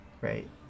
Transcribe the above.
right